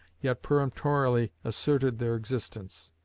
yet peremptorily asserted their existence.